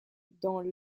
dans